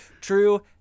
true